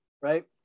right